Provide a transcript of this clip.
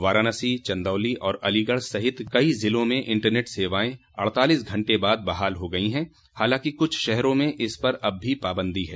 वाराणसी चंदौली और अलीगढ़ सहित कई जिलों में इंटरनेट सेवाएं अड़तालीस घंटे बाद बहाल हो गई हैं हालांकि कुछ शहरों में इस पर अब भी पाबन्दी है